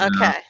Okay